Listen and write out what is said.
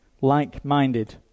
like-minded